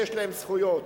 שיש להם זכויות.